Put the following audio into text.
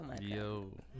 Yo